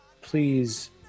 please